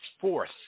fourth